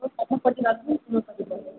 ହସ୍ପିଟାଲ୍ରୁ ଆସିଲେ ସ୍କୁଲ୍କୁ ଯିବନି